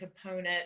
component